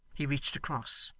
he reached across,